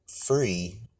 free